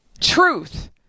Truth